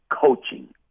coaching